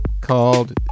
called